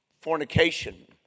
fornication